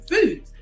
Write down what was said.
food